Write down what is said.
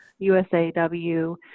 USAW